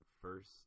first